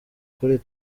kuri